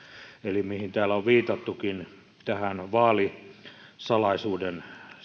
mihin täällä on viitattukin eli vaalisalaisuuden